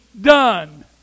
done